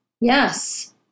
Yes